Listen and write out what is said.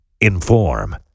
Inform